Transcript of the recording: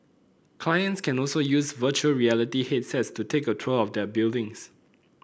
clients can also use virtual reality headsets to take a tour of their buildings